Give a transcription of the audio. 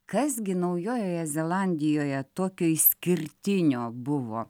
kas gi naujojoje zelandijoje tokio išskirtinio buvo